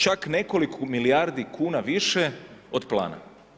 Čak nekoliko milijardi kuna više od plana.